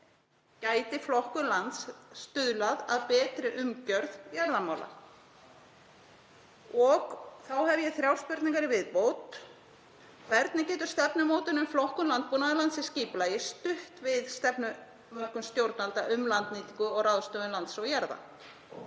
gæti flokkun lands stuðlað að betri umgjörð jarðamála. Þá hef ég þrjár spurningar í viðbót: Hvernig getur stefnumótun um flokkun landbúnaðarlands í skipulagi stutt við stefnumörkun stjórnvalda um landnýtingu og ráðstöfun lands og jarða?